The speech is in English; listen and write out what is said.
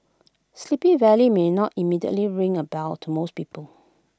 sleepy valley may not immediately ring A bell to most people